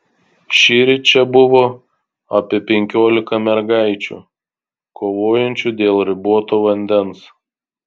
šįryt čia buvo apie penkiolika mergaičių kovojančių dėl riboto vandens